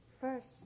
first